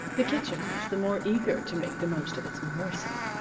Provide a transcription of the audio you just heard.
the kitchen was the more eager to make the most of its morsel.